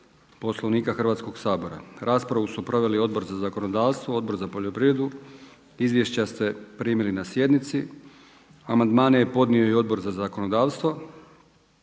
Poslovnika Hrvatskog sabora. Raspravu su proveli Odbor za zakonodavstvo, Odbor za poljoprivredu, izvješća ste primili na sjednici. Amandmane je podnio i Odbor za zakonodavstvo.